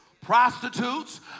prostitutes